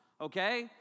Okay